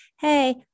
Hey